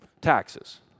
taxes